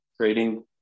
trading